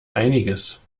einiges